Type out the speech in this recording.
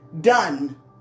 Done